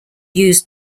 used